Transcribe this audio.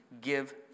give